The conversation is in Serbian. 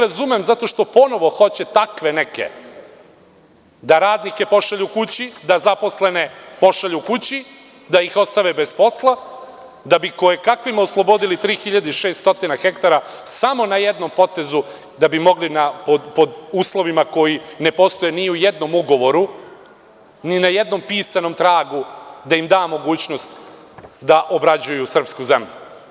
Razumem ih zato što ponovo hoće takve neke radnike da pošalju kući, da zaposlene pošalju kući, da ih ostave bez posla da bi koje kakvima oslobodili 3.600 ha samo na jednom potezu da bi mogli pod uslovima koji ne postoje ni u jednom ugovoru, ni na jednom pisanom tragu da im da mogućnost da obrađuju srpsku zemlju.